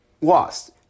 lost